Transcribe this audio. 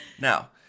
Now